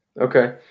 Okay